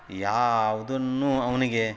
ಯಾವುದನ್ನು ಅವನಿಗೆ